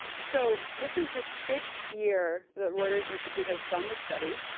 so this is the sixth year that reuters institute has done this study.